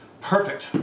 perfect